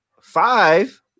Five